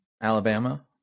Alabama